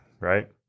right